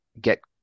get